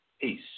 Peace